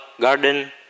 garden